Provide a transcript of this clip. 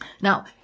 Now